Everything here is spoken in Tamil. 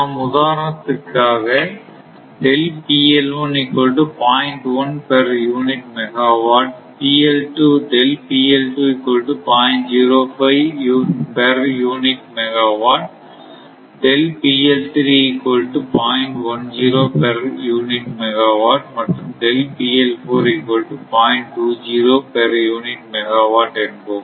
நாம் உதாரணத்துக்காக per unit megawatt per unit megawatt per unit megawatt மற்றும் பெர் யூனிட் மெகாவாட் என்போம்